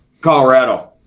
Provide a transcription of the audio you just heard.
Colorado